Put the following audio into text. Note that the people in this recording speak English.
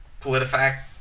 politifact